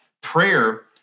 Prayer